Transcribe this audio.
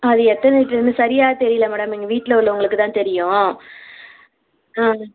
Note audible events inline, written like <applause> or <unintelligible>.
அது எத்தனை லிட்டருன்னு <unintelligible> சரியாக தெரியலை மேடம் எங்கள் வீட்டில் உள்ளவர்களுக்கு தான் தெரியும் ஆ